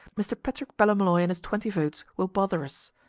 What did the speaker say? mr. patrick ballymolloy and his twenty votes will bother us.